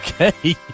Okay